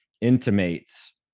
intimates